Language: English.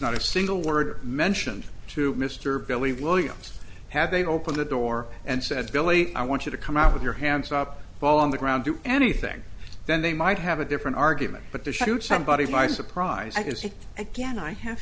not a single word mentioned to mr believe williams had they opened the door and said billy i want you to come out with your hands up while on the ground do anything then they might have a different argument but to shoot somebody in my surprise i